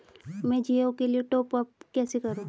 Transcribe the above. मैं जिओ के लिए टॉप अप कैसे करूँ?